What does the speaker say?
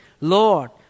Lord